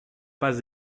pas